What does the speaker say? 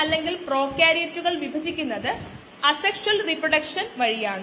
അല്ലെങ്കിൽ ഈ സാഹചര്യത്തിൽ dx dt ക്ക് തുല്യമാണ്